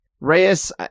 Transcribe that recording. reyes